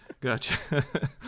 Gotcha